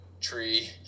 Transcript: tree